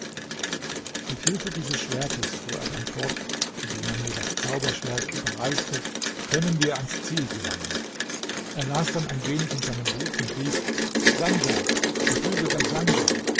mit hilfe dieses schwertes fuhr er dann fort indem er mir das zauberschwert überreichte können wir ans ziel gelangen er las dann ein wenig in seinem buch und rief sandja beflügelter sandja